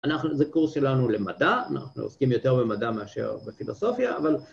אנחנו, זה קורס שלנו למדע, אנחנו עוסקים יותר במדע מאשר בפילוסופיה, אבל...